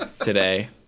today